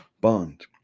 bond